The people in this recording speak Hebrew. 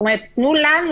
זאת אומרת, תנו לנו